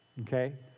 okay